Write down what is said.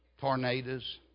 tornadoes